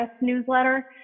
newsletter